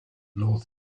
north